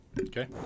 Okay